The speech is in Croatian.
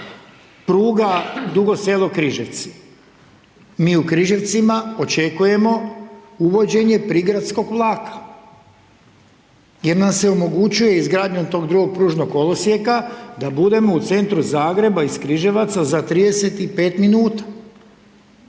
pruga Dugo Selo-Križevci, mi u Križevcima očekujemo uvođenje prigradskog vlaka jer nam se omogućuje izgradnja tog drugog pružnog kolosijeka da budemo u centru Zagreba iz Križevaca za 35 minuta.